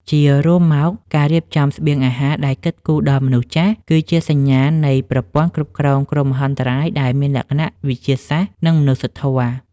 ជារួមមក ការរៀបចំស្បៀងអាហារដែលគិតគូរដល់មនុស្សចាស់ គឺជាសញ្ញាណនៃប្រព័ន្ធគ្រប់គ្រងគ្រោះមហន្តរាយដែលមានលក្ខណៈវិទ្យាសាស្ត្រ និងមនុស្សធម៌។